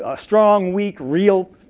ah strong, weak, real,